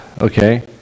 Okay